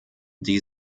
die